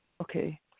Okay